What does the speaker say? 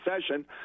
session